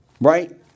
Right